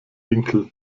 winkel